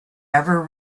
ever